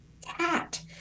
cat